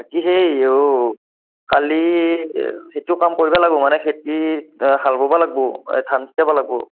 কি হেই অ' কালি সেইটো কাম কৰিব লাগিব মানে খেতিৰ হাল ববা লাগিব এই ধান চিটাব লাগিব